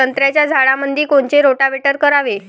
संत्र्याच्या झाडामंदी कोनचे रोटावेटर करावे?